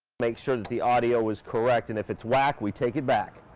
make sure that the audio is correct and if it's whack, we take it back.